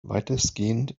weitestgehend